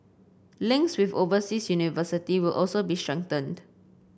links with overseas universities will also be strengthened